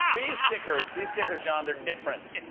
these stickers these stickers, jon, they're different.